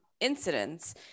incidents